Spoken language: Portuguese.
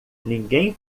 ninguém